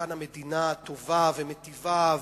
כאן המדינה טובה ומטיבה,